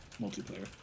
multiplayer